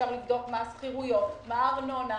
אפשר לבדוק מה השכירויות, מה הארנונה,